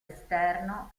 esterno